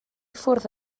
ffwrdd